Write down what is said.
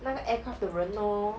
那个 aircraft 的人 lor